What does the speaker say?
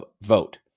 vote